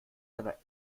seiner